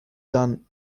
done